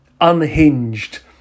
Unhinged